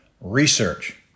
research